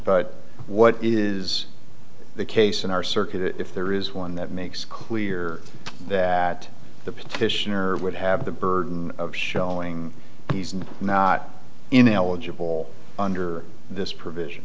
but what is the case in our circuit if there is one that makes clear that the petitioner would have the burden of showing he's not in eligible under this provision